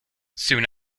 soon